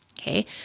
okay